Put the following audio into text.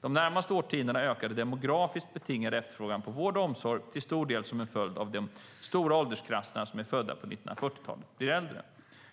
De närmaste årtiondena ökar den demografiskt betingade efterfrågan på vård och omsorg, till stor del som följd av att de stora åldersklasser som är födda på 1940-talet blir äldre.